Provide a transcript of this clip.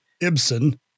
Ibsen